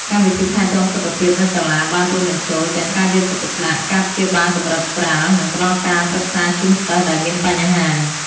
កម្មវិធីថែទាំសុខភាពនៅសាលាបានរួមបញ្ចូលទាំងការយកចិត្តទុកដាក់ ការព្យាបាលកម្រិតស្រាល និងផ្ដល់ការប្រឹក្សាជូនសិស្សដែលមានបញ្ហា។